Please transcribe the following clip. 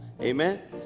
Amen